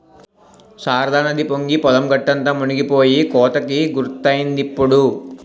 శారదానది పొంగి పొలం గట్టంతా మునిపోయి కోతకి గురైందిప్పుడు